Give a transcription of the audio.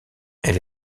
elle